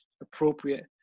appropriate